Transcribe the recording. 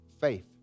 Faith